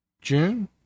June